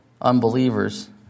unbelievers